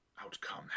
outcome